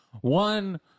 One